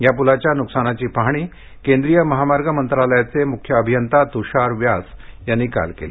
या पूलाच्या नुकसानाची पाहणी केंद्रीय महामार्ग मंत्रालयाचे मुख्य अभियंता तुषार व्यास यांनी काल केली